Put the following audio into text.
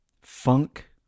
funk